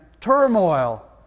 turmoil